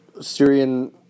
Syrian